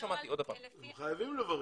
הם חייבים לברר.